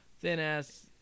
thin-ass